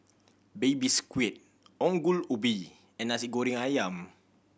Baby Squid Ongol Ubi and Nasi Goreng Ayam